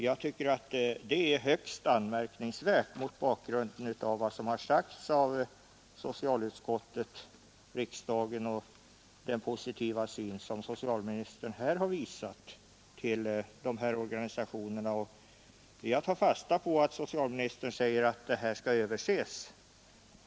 Jag tycker att det är högst anmärkningsvärt mot bakgrunden av vad som har sagts av socialutskottet och riksdagen och den positiva syn på de här organisationerna som socialministern har uttalat. Jag tar fasta på socialministerns ord, att reglerna skall överses.